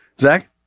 Zach